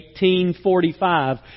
1845